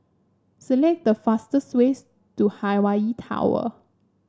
select the fastest ways to Hawaii Tower